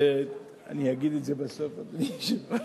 אני אגיד את זה בסוף, אדוני היושב-ראש.